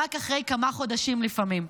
רק אחרי כמה חודשים לפעמים.